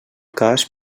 cas